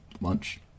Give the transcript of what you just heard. lunch